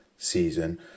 Season